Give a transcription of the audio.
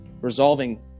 resolving